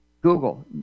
Google